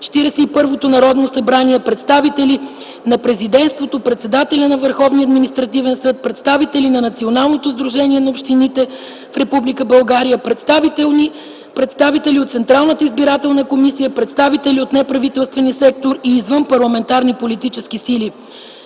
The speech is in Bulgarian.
41-то Народно събрание, представители на Президентството, председателя на Върховния административен съд, представители на Националното сдружение на общините в Република България, представители на Централната избирателна комисия, представители на неправителствения сектор и извънпарламентарни политически сили.